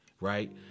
right